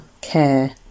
care